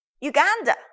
Uganda